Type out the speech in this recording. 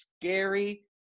scary